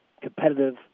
competitive